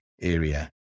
area